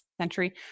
century